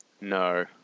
No